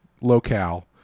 locale